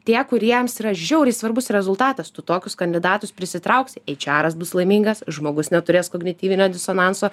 tie kuriems yra žiauriai svarbus rezultatas tu tokius kandidatus prisitrauksi eičeras bus laimingas žmogus neturės kognityvinio disonanso